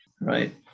Right